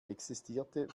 existierte